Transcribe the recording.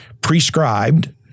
prescribed